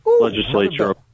legislature